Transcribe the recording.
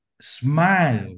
smile